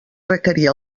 requerir